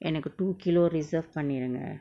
எனக்கு:enaku two kilo reserved பன்னிருங்க:pannirunga